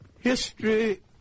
History